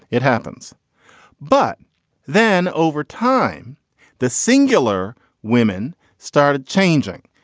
it happens but then over time the singular women started changing.